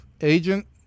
agent